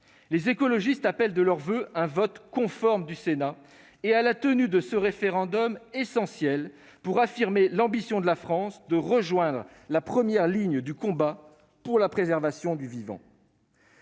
Les écologistes appellent de leurs voeux un vote conforme du Sénat et la tenue de ce référendum essentiel pour affirmer l'ambition de la France de rejoindre la première ligne du combat pour la préservation du vivant.